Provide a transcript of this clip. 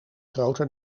groter